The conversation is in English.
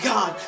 God